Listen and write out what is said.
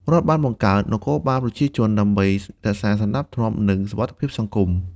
រដ្ឋបានបង្កើត "នគរបាលប្រជាជន" ដើម្បីរក្សាសណ្តាប់ធ្នាប់ និងសុវត្ថិភាពសង្គម។